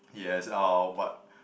yes uh but